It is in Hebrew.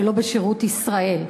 שלא בשירות ישראל,